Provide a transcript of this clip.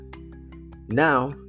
now